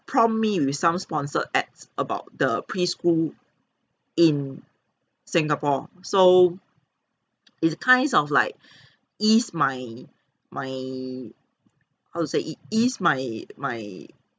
prompt me with some sponsor ads about the pre-school in singapore so it's kinds of like ease my my how to say it ease my my